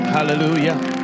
Hallelujah